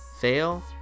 fail